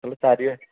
ହେଲେ ଚାରିହଜାର